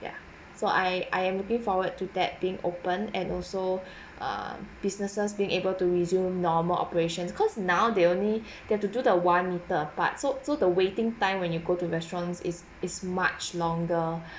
ya so I I am looking forward to that being open and also err businesses being able to resume normal operations cause now they only they have to do the one metre apart so so the waiting time when you go to restaurants is is much longer